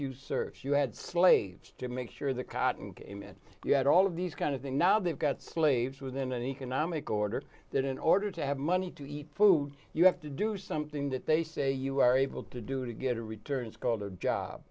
you search you had slaves to make sure the cotton came and you had all of these kind of thing now they've got slaves within an economic order that in order to have money to eat food you have to do something that they say you are able to do to get a returns called